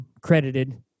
Credited